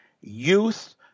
youth